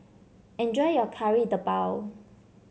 enjoy your Kari Debal